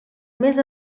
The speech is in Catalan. més